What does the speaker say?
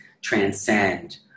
transcend